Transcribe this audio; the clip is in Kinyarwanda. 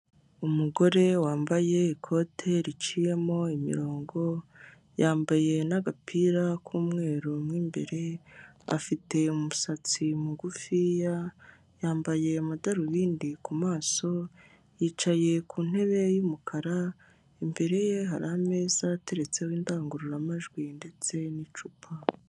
Umugore wambaye ikote riciyemo imirongo, yambaye n'agapira k'umweru mu imbere, afite umusatsi mugufiya, yambaye amadarubindi ku maso, yicaye ku ntebe y'umukara. Imbere ye hari ameza ateretseho indangururamajwi ndetse n'icupa.